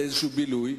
לאיזה בילוי.